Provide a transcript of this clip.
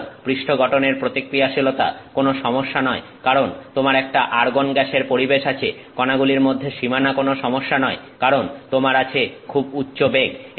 সুতরাং পৃষ্ঠ গঠনের প্রতিক্রিয়াশীলতা কোন সমস্যা নয় কারণ তোমার একটা আর্গন গ্যাসের পরিবেশ আছে কণাগুলির মধ্যে সীমানা কোন সমস্যা নয় কারণ তোমার আছে খুব উচ্চ বেগ